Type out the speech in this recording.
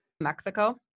mexico